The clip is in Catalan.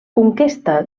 conquesta